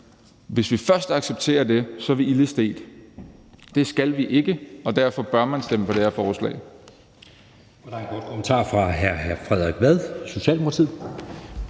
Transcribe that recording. Hvis vi først accepterer det, er vi ilde stedt. Det skal vi ikke, og derfor bør man stemme for det her forslag.